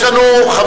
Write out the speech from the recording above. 27